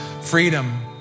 Freedom